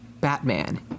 Batman